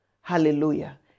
Hallelujah